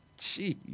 jeez